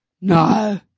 No